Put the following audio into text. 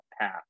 path